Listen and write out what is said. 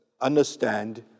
understand